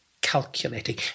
calculating